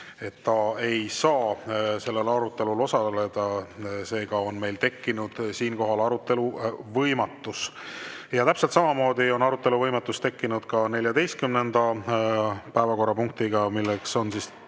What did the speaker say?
et ta ei saa sellel arutelul osaleda. Seega on meil tekkinud arutelu võimatus. Täpselt samamoodi on arutelu võimatus tekkinud ka 14. päevakorrapunkti puhul, mis